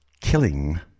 killing